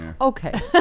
okay